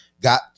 got